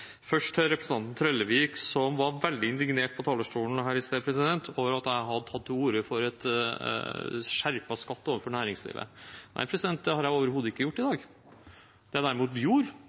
Først til representanten Trellevik, som var veldig indignert på talerstolen i stad over at jeg hadde tatt til orde for en skjerpet skatt overfor næringslivet. Nei, det har jeg overhodet ikke gjort i dag. Det jeg derimot